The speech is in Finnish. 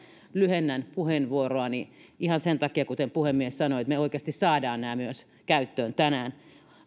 lyhennän puheenvuoroani ihan sen takia kuten puhemies sanoi että me myös oikeasti saamme nämä käyttöön tänään